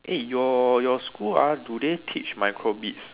eh your your all school ah do they teach micro bits